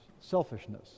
selfishness